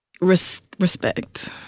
respect